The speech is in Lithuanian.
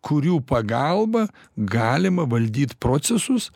kurių pagalba galima valdyt procesus